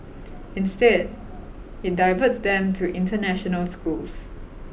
instead it diverts them to international schools